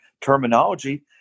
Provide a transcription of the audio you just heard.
terminology